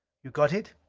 you got it?